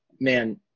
man